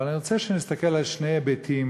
אבל אני רוצה שנסתכל על שני היבטים